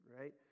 right